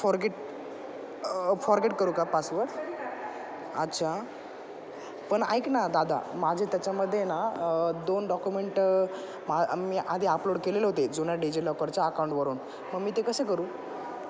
forget forget करू का password अच्छा पण ऐक ना दादा माझे त्याच्यामध्ये ना दोन डॉक्युमेंट मा मी आधी आपलोड केलेलं होते जुन्या डिजिलॉकरच्या आकाऊंटवरून मग मी ते कसे करू